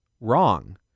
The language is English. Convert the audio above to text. Wrong